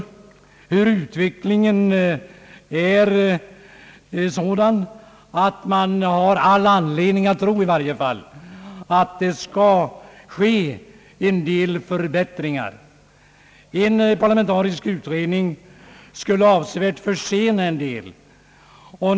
Vi har skrivit att utvecklingen är sådan att man har all anledning att tro att det skall bli en del förbättringar. En parlamentarisk utredning skulle avsevärt försena en del av arbetet.